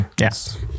yes